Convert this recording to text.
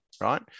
Right